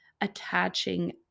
attaching